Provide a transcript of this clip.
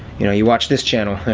you know, you watch this channel